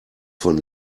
von